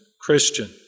Christian